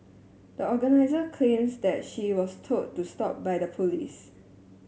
the organiser claims that she was told to stop by the police